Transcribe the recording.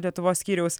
lietuvos skyriaus